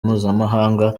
mpuzamahanga